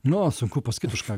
nu sunku pasakyt už ką